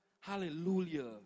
Hallelujah